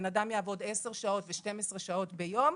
שאדם יעבוד 10 שעות ו-12 שעות ביום,